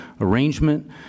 arrangement